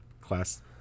class